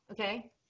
okay